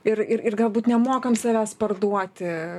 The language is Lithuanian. ir ir ir galbūt nemokam savęs parduoti